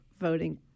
voting